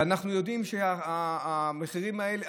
ואנחנו יודעים שהמחירים האלה,